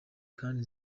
kandi